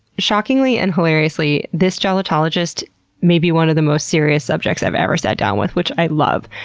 shockingly and hilariously, this gelotologist may be one of the most serious subjects i've ever sat down with, which i love.